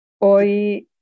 Hoy